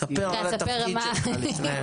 תספר על התפקיד שלך לפני.